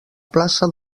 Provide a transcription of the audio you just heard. plaça